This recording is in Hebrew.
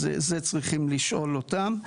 אז את זה צריכים לשאול אותם.